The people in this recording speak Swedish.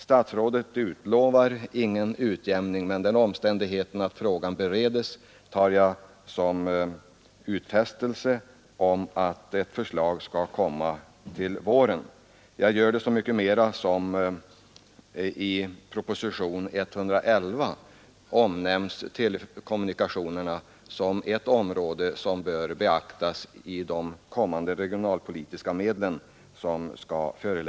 Statsrådet utlovar ingen sådan utjämning, men den omständigheten att frågan bereds tar jag som en utfästelse om att ett förslag om en ytterligare utjämning skall komma till våren. Jag gör det så mycket mera som regeringen i propositionen 111 nämner telekommunikationerna som ett område vilket bör beaktas när förslag om regionalpolitiska medel